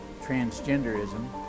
transgenderism